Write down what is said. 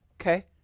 okay